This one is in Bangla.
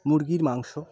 মুরগির মাংস